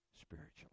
spiritually